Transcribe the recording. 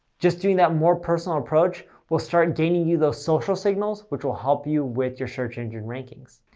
just doing that more personal approach will start gaining you those social signals, which will help you with your search engine rankings.